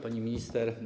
Pani Minister!